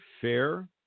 fair